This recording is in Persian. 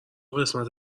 قسمت